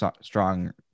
strong